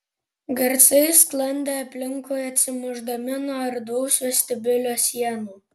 garsai sklandė aplinkui atsimušdami nuo erdvaus vestibiulio sienų